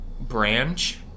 branch